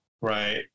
right